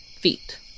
feet